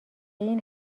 این